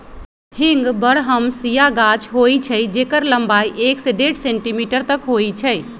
हींग बरहमसिया गाछ होइ छइ जेकर लम्बाई एक से डेढ़ सेंटीमीटर तक होइ छइ